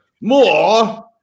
more